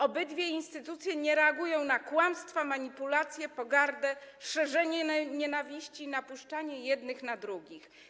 Obydwie instytucje nie reagują na kłamstwa, manipulacje, pogardę, szerzenie nienawiści, napuszczanie jednych na drugich.